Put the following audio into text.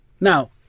Now